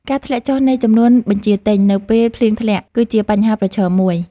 ការធ្លាក់ចុះនៃចំនួនបញ្ជាទិញ នៅពេលភ្លៀងធ្លាក់ គឺជាបញ្ហាប្រឈមមួយ។